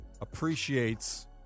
appreciates